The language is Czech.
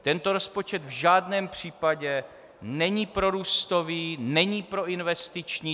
Tento rozpočet v žádném případě není prorůstový, není proinvestiční.